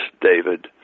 David